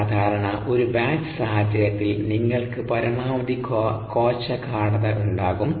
സാധാരണ ഒരു ബാച്ച് സാഹചര്യത്തിൽ നിങ്ങൾക്ക് പരമാവധി കോശ ഗാഢത ഉണ്ടാകും